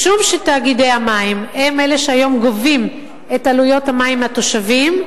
משום שתאגידי המים הם אלה שהיום גובים את עלויות המים מהתושבים,